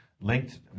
Linked